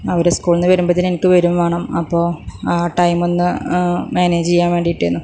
അവര് സ്കൂളിൽ നിന്ന് വരുമ്പത്തേനും എനിക്ക് വരികയും വേണം അപ്പോൾ ആ ടൈം ഒന്ന് മാനേജ് ചെയ്യാൻ വേണ്ടിയിട്ടായിരുന്നു